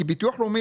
כי ביטוח לאומי,